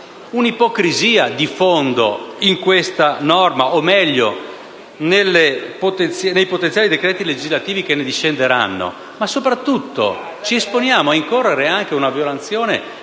una ipocrisia di fondo in questa norma o, meglio, nei potenziali decreti legislativi che ne discenderanno ma, soprattutto, ci esponiamo a incorrere anche in una violazione